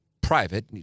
private